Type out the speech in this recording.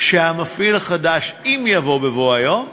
שהמפעיל החדש, אם יבוא בבוא היום,